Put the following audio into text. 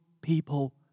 people